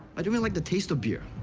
but even like the taste of beer.